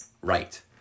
right